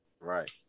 Right